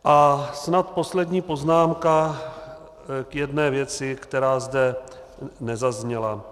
A snad poslední poznámka k jedné věci, která zde nezazněla.